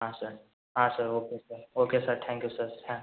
ಹಾಂ ಸರ್ ಹಾಂ sir okay sir okay sir thank you sir ತ್ಯಾ